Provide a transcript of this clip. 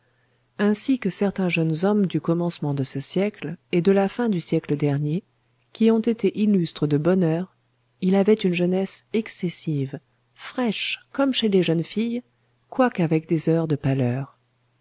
ainsi que certains jeunes hommes du commencement de ce siècle et de la fin du siècle dernier qui ont été illustres de bonne heure il avait une jeunesse excessive fraîche comme chez les jeunes filles quoique avec des heures de pâleur